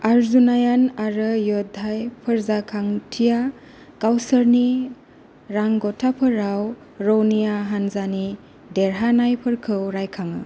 अर्जुनयन आरो यौध्याय फोरजाखान्थिया गावसोरनि रांग'थाफोराव रौनिया हानजानि देरहानायफोरखौ रायखाङो